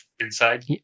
Inside